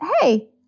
hey